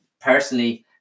Personally